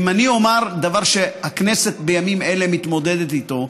אני אומר דבר שהכנסת בימים אלה מתמודדת איתו.